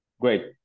great